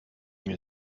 mir